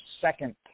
second